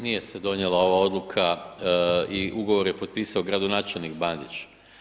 Nije se donijela ova odluka i ugovor je potpisao gradonačelnik Bandić.